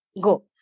Go